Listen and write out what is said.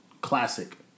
Classic